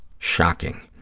shocking.